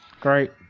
Great